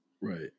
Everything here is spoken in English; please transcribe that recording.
Right